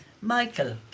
Michael